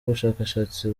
ubushakashatsi